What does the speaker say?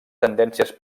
tendències